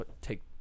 take